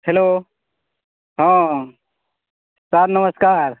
hello ହଁ sir ନମସ୍କାର